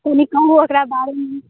कनि कहू ओकरा बारेमे